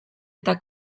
eta